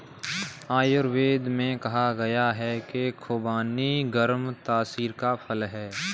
आयुर्वेद में कहा गया है कि खुबानी गर्म तासीर का फल है